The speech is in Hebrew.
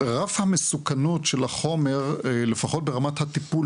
רף המסוכנות של החומר לפחות ברמת הטיפול